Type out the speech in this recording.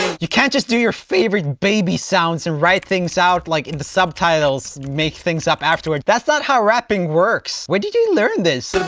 you can't just do your favorite baby sounds and write things out like in the subtitles, make things up afterwards that's not how rapping works. where did you learn this?